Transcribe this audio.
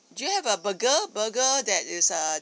do you have a burger burger that is err